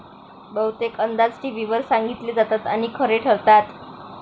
बहुतेक अंदाज टीव्हीवर सांगितले जातात आणि खरे ठरतात